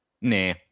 Nah